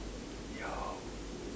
yo